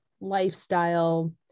lifestyle